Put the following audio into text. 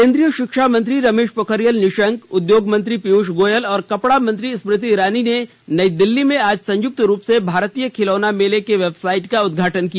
केन्द्रीय शिक्षा मंत्री रमेश पोखरियाल निशंक उद्योग मंत्री पीयूष गोयल और कपड़ा मंत्री स्मृति ईरानी ने नई दिल्ली में आज संयुक्त रूप से भारतीय खिलौना मेले के वेबसाईट उदघाटन किया